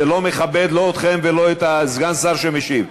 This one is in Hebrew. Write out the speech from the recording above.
זה לא מכבד, לא אתכם ולא את סגן השר שמשיב.